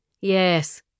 Yes